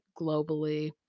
globally